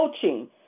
coaching